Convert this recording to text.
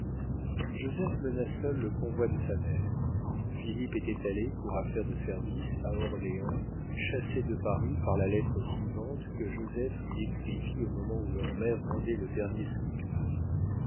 joseph mena seul le convoi de sa mère philippe était allé pour affaire de service à orléans chassé de paris par la lettre suivante que joseph lui écrivit au moment où leur mère rendait le dernier soupir